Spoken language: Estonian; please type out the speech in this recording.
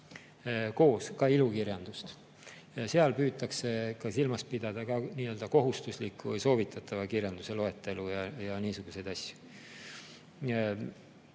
koos, ka ilukirjandust. Seal püütakse silmas pidada ka nii-öelda kohustusliku või soovitatava kirjanduse loetelu ja niisuguseid asju.